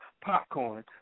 popcorn